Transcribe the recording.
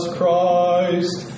Christ